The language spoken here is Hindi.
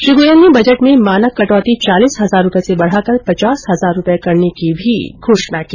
श्री गोयल ने बजट में मानक कटौती चालीस हजार रूपये से बढाकर पचास हजार रूपये करने की घोषणा की